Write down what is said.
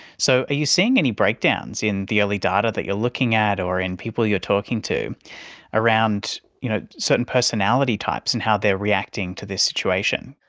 so are you seeing any breakdowns in the early data that you're looking at or in people you're talking to around you know certain personality types and how they are reacting to this situation?